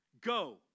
Go